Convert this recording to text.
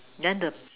land of